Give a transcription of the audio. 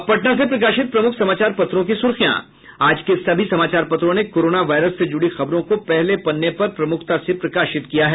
अब पटना से प्रकाशित प्रमुख समाचार पत्रों की सुर्खियां आज के सभी समाचार पत्रों ने कोरोना वायरस से जुड़ी खबरों को पहले पन्ने पर प्रमुखता से प्रकाशित किया है